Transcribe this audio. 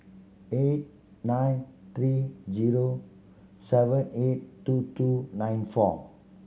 eight nine three zero seven eight two two nine four